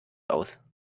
aus